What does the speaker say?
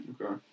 Okay